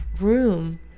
room